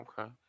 Okay